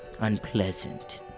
unpleasant